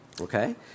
Okay